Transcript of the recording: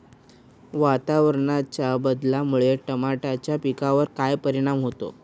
वातावरणाच्या बदलामुळे टमाट्याच्या पिकावर काय परिणाम होतो?